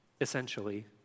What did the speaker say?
essentially